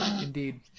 Indeed